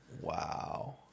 Wow